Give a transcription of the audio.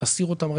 להסיר אותם.